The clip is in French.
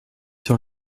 sur